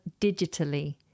digitally